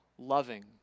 Loving